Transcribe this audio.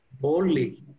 boldly